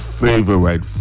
favorite